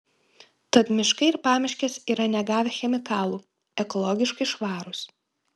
tad miškai ir pamiškės yra negavę chemikalų ekologiškai švarūs